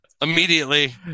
immediately